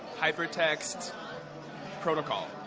hypertext protocol.